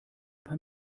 paar